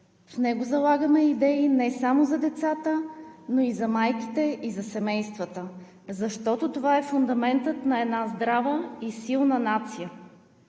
В него залагаме идеи не само за децата, но и за майките, и за семействата, защото това е фундаментът на една здрава и силна нация.